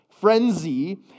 Frenzy